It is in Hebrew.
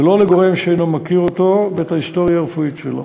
ולא לגורם שאינו מכיר אותו ואת ההיסטוריה הרפואית שלו.